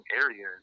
area